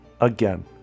again